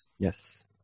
Yes